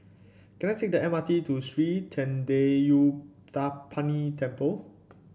can I take the M R T to Sri Thendayuthapani Temple